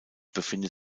befindet